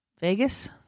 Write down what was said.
Vegas